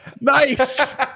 nice